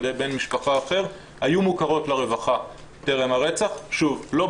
בן משפחה אחר היו מוכרות לרווחה טרם הרצח.